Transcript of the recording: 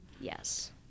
Yes